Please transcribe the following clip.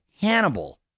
Hannibal